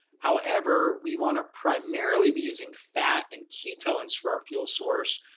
however, we want to primarily be using fat and ketones for fuel source.